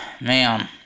Man